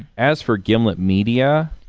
as for gimlet media,